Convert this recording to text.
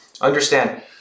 understand